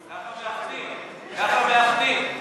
ככה מאחדים.